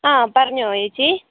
ആ പറഞ്ഞോ ചേച്ചി